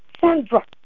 Sandra